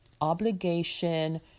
obligation